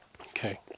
Okay